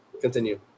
Continue